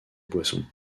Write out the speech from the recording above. boissons